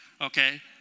okay